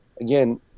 again